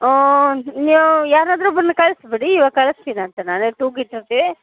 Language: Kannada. ಓ ನೀವು ಯಾರಾದರೂ ಒಬ್ರನ್ನ ಕಳ್ಸಿ ಬಿಡಿ ಇವಾಗ ಕಳಿಸ್ತೀನಂತೆ ನಾನು ತೂಗಿಟ್ಟಿರ್ತೀವಿ